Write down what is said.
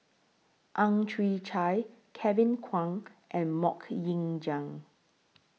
Ang Chwee Chai Kevin Kwan and Mok Ying Jang